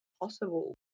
possible